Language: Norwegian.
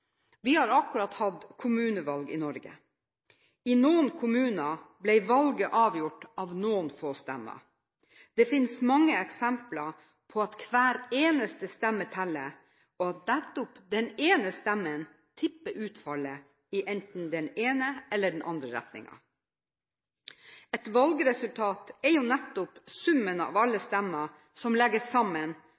Vi har akkurat hatt kommunevalg i Norge. I noen kommuner ble valget avgjort av noen få stemmer. Det finnes mange eksempler på at hver eneste stemme teller, og at nettopp den ene stemmen tipper utfallet i enten den ene eller den andre retningen. Et valgresultat er jo nettopp summen av alle stemmer som legges sammen,